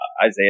Isaiah